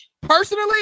Personally